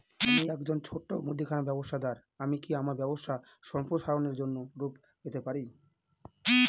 আমি একজন ছোট মুদিখানা ব্যবসাদার আমি কি আমার ব্যবসা সম্প্রসারণের জন্য ঋণ পেতে পারি?